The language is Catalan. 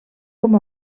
com